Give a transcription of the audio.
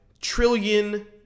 trillion